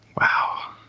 wow